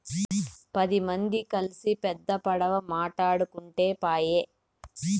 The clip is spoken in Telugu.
పది మంది కల్సి పెద్ద పడవ మాటాడుకుంటే పాయె